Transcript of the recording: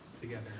together